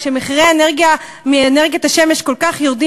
כשמחירי האנרגיה מאנרגיית השמש כל כך יורדים